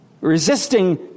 Resisting